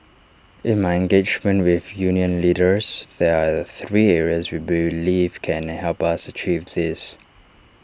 in my engagement with union leaders there are three areas we believe can help us achieve this